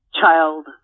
child